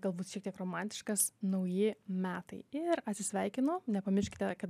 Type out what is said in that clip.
galbūt šiek tiek romantiškas nauji metai ir atsisveikinu nepamirškite kad